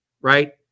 right